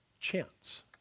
chance